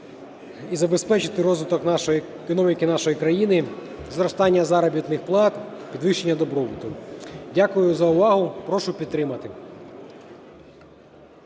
і забезпечити розвиток економіки нашої країни, зростання заробітних плат, підвищення добробуту. Дякую за увагу. Прошу підтримати.